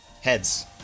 heads